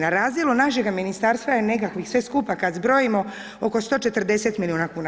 Na razini našega Ministarstva je nekakvih sve skupa kad zbrojimo oko 140 milijuna kuna.